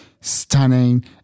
stunning